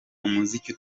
umuziki